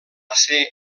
ésser